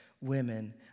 women